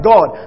God